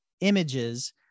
images